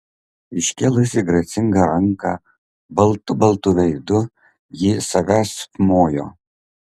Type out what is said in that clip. iškėlusi gracingą ranką baltu baltu veidu ji savęsp mojo